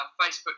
Facebook